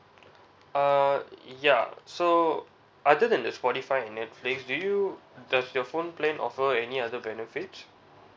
uh ya so other than the spotify and netflix do you does your phone plan offer any other benefits